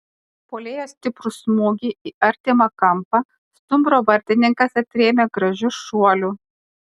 puolėjo stiprų smūgį į artimą kampą stumbro vartininkas atrėmė gražiu šuoliu